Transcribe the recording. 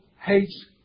hates